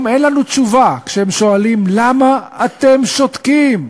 אין לנו תשובה כשהם שואלים: למה אתם שותקים?